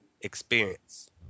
experience